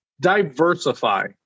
diversify